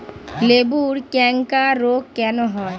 লেবুর ক্যাংকার রোগ কেন হয়?